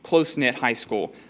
close-knit high school,